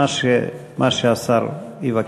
מה שהשר יבקש.